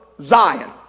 Zion